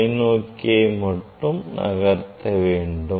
தொலைநோக்கியை மட்டுமே நகர்த்த வேண்டும்